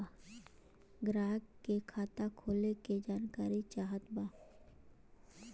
ग्राहक के खाता खोले के जानकारी चाहत बा?